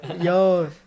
yo